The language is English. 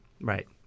Right